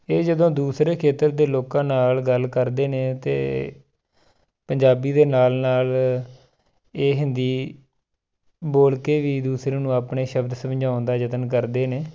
ਇਹ ਜਦੋਂ ਦੂਸਰੇ ਖੇਤਰ ਦੇ ਲੋਕਾਂ ਨਾਲ ਗੱਲ ਕਰਦੇ ਨੇ ਤਾਂ ਪੰਜਾਬੀ ਦੇ ਨਾਲ ਨਾਲ ਇਹ ਹਿੰਦੀ ਬੋਲ ਕੇ ਵੀ ਦੂਸਰੇ ਨੂੰ ਆਪਣੇ ਸ਼ਬਦ ਸਮਝਾਉਣ ਦਾ ਯਤਨ ਕਰਦੇ ਨੇ